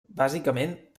bàsicament